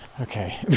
Okay